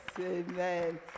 Amen